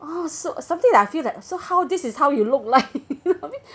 oh so something that I feel that so how this is how you look like I mean